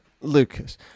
lucas